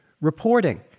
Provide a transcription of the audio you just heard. reporting